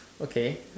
okay